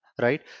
right